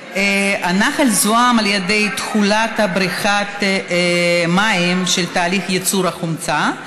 הנחל זוהם על ידי תכולת בריכת המים של תהליך ייצור החומצה,